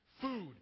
food